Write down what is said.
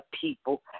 people